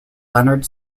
leonard